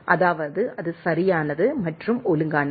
அதாவது அது சரியானது மற்றும் ஒழுங்கானது